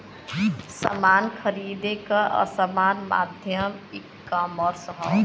समान खरीदे क आसान माध्यम ईकामर्स हौ